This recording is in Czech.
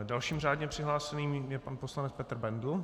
Dalším řádně přihlášeným je pan poslanec Petr Bendl.